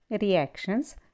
reactions